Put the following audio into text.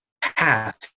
path